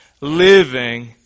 living